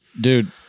Dude